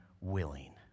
willing